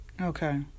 Okay